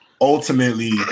ultimately